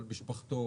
על משפחתו,